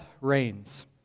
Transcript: rains